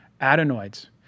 adenoids